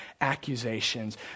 accusations